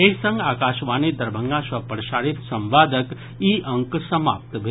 एहि संग आकाशवाणी दरभंगा सँ प्रसारित संवादक ई अंक समाप्त भेल